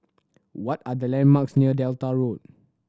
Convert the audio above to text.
what are the landmarks near Delta Road